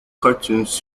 cartoons